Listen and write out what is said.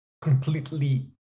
completely